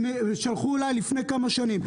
ששלחו אלי לפני כמה שנים,